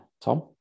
Tom